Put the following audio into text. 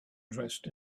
dressed